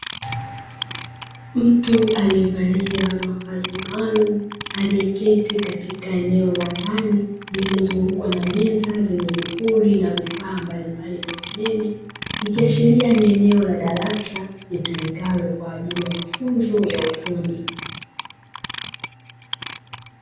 Mtu aliyevalia mavazi maalumu, aliyeketi katika eneo la ndani lililozungukwa na meza zenye vipuri na vifaa mbalimbali vya umeme, ikiashiria ni eneo la darasa litumikalo kwa ajili ya mafunzo ya ufundi.